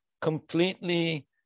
completely